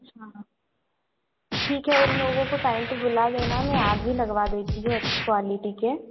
अच्छा ठीक है उन लोगों को टाइम पे बुला देना मैं आज ही लगवा देती हूँ अच्छी क्वालिटी के